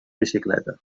bicicleta